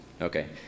Okay